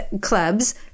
clubs